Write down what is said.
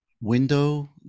window